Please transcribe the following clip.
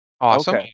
Awesome